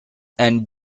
and